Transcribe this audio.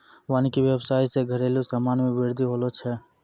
वानिकी व्याबसाय से घरेलु समान मे बृद्धि होलो छै